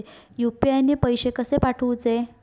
UPI ने पैशे कशे पाठवूचे?